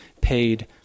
paid